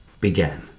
began